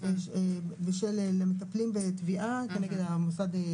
בשל מטפלים בתביעה כנגד המוסד לביטוח לאומי.